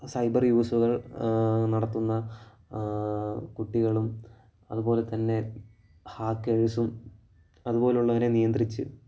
cyber യൂസുകൾ നടത്തുന്ന കുട്ടികളും അതുപോലത്തന്നെ ഹാക്കേസും അതുപോലുള്ളവരെ നിയന്ത്രിച്ച്